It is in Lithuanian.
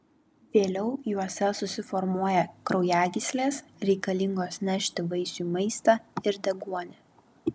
vėliau juose susiformuoja kraujagyslės reikalingos nešti vaisiui maistą ir deguonį